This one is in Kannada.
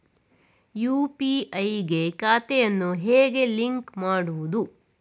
ಯು.ಪಿ.ಐ ಗೆ ಖಾತೆಯನ್ನು ಹೇಗೆ ಲಿಂಕ್ ಮಾಡುವುದು?